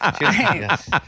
yes